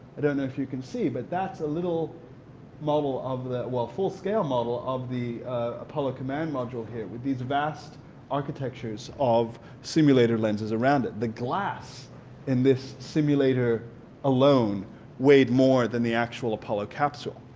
i don't know if you can see but that's a little model of the, well full scale model, of the apollo command module here with these vast architectures of simulator lenses around it. the glass in this simulator alone weighed more than the actual apollo capsule.